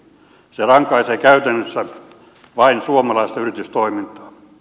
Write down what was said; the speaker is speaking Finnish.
se rankaisee käytännössä vain suomalaista yritystoimintaa